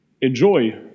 enjoy